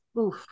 Oof